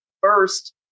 first